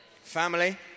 Family